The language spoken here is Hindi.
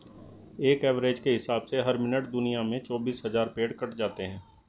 एक एवरेज के हिसाब से हर मिनट दुनिया में चौबीस हज़ार पेड़ कट जाते हैं